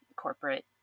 corporate